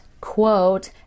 quote